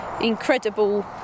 incredible